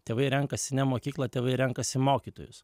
tėvai renkasi ne mokyklą tėvai renkasi mokytojus